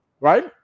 right